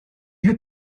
had